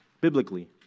biblically